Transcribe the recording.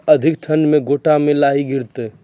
अधिक ठंड मे गोटा मे लाही गिरते?